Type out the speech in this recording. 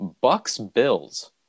Bucks-Bills